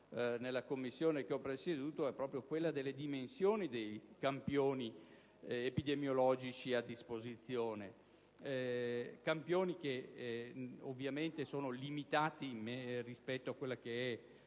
nella Commissione che ho presieduto è proprio quella delle dimensioni dei campioni epidemiologici a disposizione, che sono limitati rispetto alla scelta